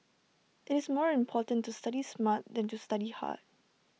IT is more important to study smart than to study hard